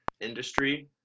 industry